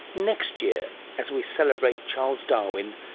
next year as we celebrate charles darwin,